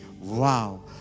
wow